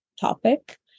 topic